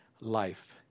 life